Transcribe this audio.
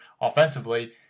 offensively